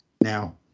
now